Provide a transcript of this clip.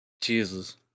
Jesus